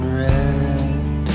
red